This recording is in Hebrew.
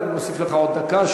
אני מוסיף לך עוד דקה,